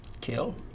kill